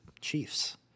Chiefs